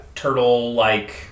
Turtle-like